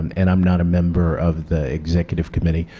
and i'm not a member of the executive committee,